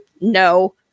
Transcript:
no